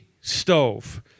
stove